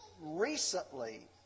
recently